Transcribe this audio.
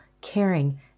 caring